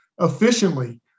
efficiently